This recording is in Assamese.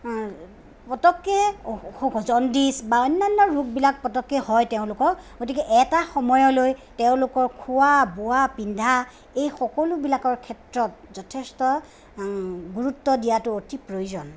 পটককৈ অসুখ জণ্ডিজ বা অন্যান্য ৰোগবিলাক পটককে হয় তেওঁলোকৰ গতিকে এটা সময়লৈ তেওঁলোকৰ খোৱা বোৱা পিন্ধা এই সকলোবিলাকৰ ক্ষেত্ৰত যথেষ্ট গুৰুত্ব দিয়াটো অতি প্ৰয়োজন